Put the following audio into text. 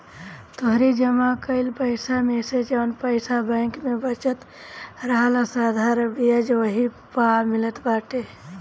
तोहरी जमा कईल पईसा मेसे जवन पईसा बैंक में बचल रहेला साधारण बियाज ओही पअ मिलत बाटे